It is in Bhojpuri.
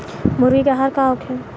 मुर्गी के आहार का होखे?